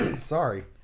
Sorry